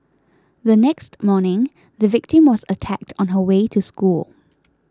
the next morning the victim was attacked on her way to school